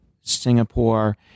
Singapore